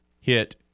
hit